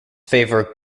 favor